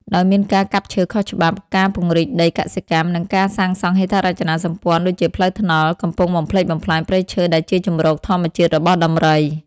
ដោយមានការកាប់ឈើខុសច្បាប់ ការពង្រីកដីកសិកម្ម និងការសាងសង់ហេដ្ឋារចនាសម្ព័ន្ធ ដូចជាផ្លូវថ្នល់ កំពុងបំផ្លិចបំផ្លាញព្រៃឈើដែលជាជម្រកធម្មជាតិរបស់ដំរី។